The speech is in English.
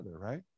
right